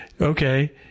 okay